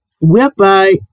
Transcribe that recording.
whereby